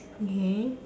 okay